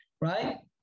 right